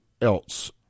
else